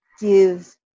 give